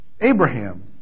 Abraham